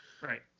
right